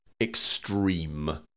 extreme